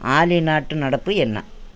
ஆலி நாட்டு நடப்பு என்ன